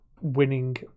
winning